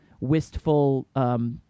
wistful